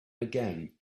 again